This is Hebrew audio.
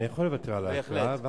אני יכול לוותר על ההקראה, בהחלט.